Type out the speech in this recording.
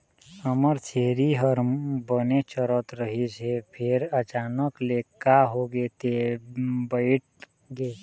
हमर छेरी ह बने चरत रहिस हे फेर अचानक ले का होगे ते बइठ गे